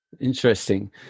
Interesting